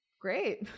Great